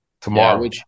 tomorrow